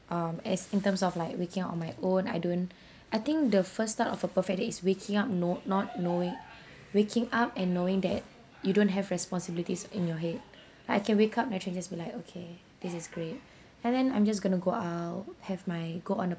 um as in terms of like waking up on my own I don't I think the first start of a perfect day is waking up no not knowing waking up and knowing that you don't have responsibilities in your head like I can wake up naturally and just be like okay this is great and then I'm just going to go out have my go on a